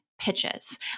pitches